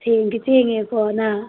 ꯁꯦꯡꯗꯤ ꯁꯦꯡꯉꯦꯀꯣ ꯅꯪ